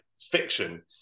fiction